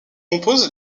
compose